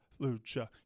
lucha